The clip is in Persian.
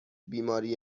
بیماری